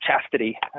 chastity